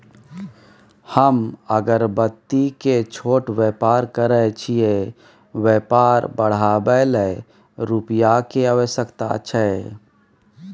हम अगरबत्ती के छोट व्यापार करै छियै व्यवसाय बढाबै लै रुपिया के आवश्यकता छै?